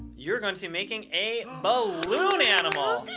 you're going to be making a balloon animal!